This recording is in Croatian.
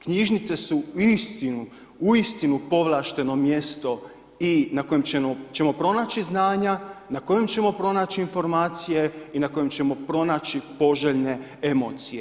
Knjižnice su uistinu, uistinu povlašteno mjesto i na kojem ćemo pronaći znanja, na kojem ćemo pronaći informacije i na kojem ćemo pronaći poželjne emocije.